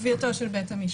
קביעתו של בית המשפט.